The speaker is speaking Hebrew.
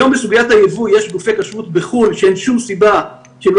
היום בסוגיית היבוא יש גופי כשרות בחו"ל שאין שום סיבה שהם לא